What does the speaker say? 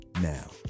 now